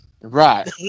Right